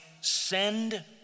Send